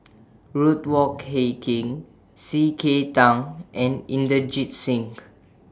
Ruth Wong Hie King C K Tang and Inderjit Singh